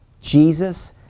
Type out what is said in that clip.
Jesus